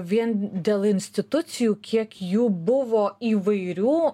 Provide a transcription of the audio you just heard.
vien dėl institucijų kiek jų buvo įvairių